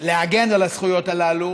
להגן על הזכויות הללו,